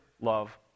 love